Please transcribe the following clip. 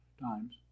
times